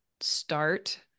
start